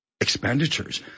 Expenditures